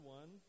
one